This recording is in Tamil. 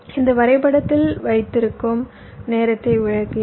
இந்த வரைபடத்தில் வைத்திருக்கும் நேரத்தை விளக்கினோம்